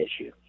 issue